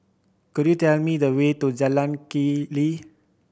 could you tell me the way to Jalan Keli